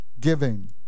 giving